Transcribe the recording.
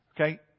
okay